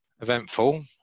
eventful